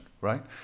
right